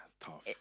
tough